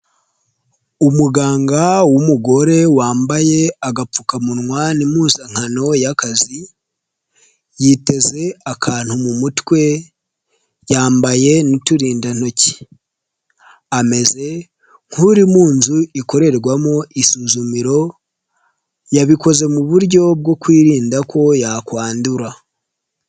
Umuganga w'umugore wambaye agapfukamunwa n'impuzankano y'akazi yiteze akantu mu mutwe, yambaye n'uturindantoki ameze nk'uri mu nzu ikorerwamo isuzumiro yabikoze mu buryo bwo kwirinda ko yakwandura.